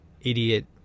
Idiot